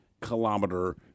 kilometer